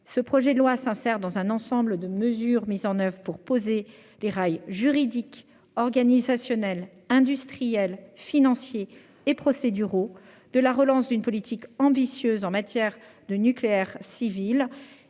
Ce projet de loi s'insère dans un ensemble de mesures mises en oeuvre visant à poser les rails juridiques, organisationnels, industriels, financiers et procéduraux de la relance d'une politique ambitieuse en matière de nucléaire civil.